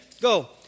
Go